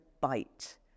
bite